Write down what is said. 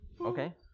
Okay